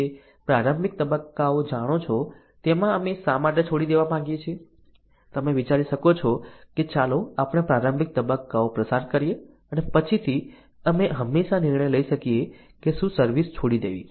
તમે જે પ્રારંભિક તબક્કાઓ જાણો છો તેમાં અમે શા માટે છોડી દેવા માગીએ છીએ તમે વિચારી શકો છો કે ચાલો આપણે પ્રારંભિક તબક્કાઓ પસાર કરીએ અને પછીથી અમે હંમેશા નિર્ણય લઈ શકીએ કે શું સર્વિસ છોડી દેવી